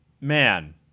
man